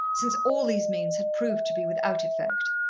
since all these means had proved to be without effect.